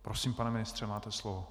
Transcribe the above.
Prosím, pane ministře, máte slovo.